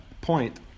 point